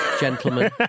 gentlemen